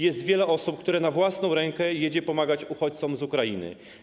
Jest wiele osób, które na własną rękę jadą pomagać uchodźcom z Ukrainy.